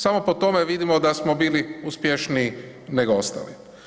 Samo po tome vidimo da smo bili uspješniji nego ostali.